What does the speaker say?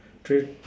three